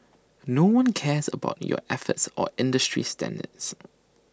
no one cares about your efforts or industry standards